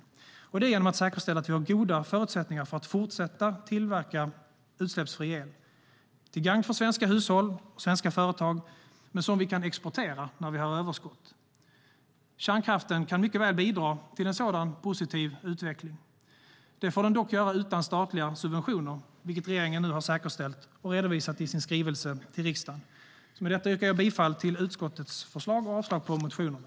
Det uppnår man genom att se till att vi har goda förutsättningar för att fortsätta att tillverka utsläppsfri el till gagn för svenska hushåll och svenska företag, men också som något vi kan exportera när vi har överskott. Kärnkraften kan mycket väl bidra till en sådan positiv utveckling. Det får den dock göra utan statliga subventioner, vilket regeringen nu har säkerställt och redovisat i sin skrivelse till riksdagen. Med detta yrkar jag bifall till utskottets förslag och avslag på motionerna.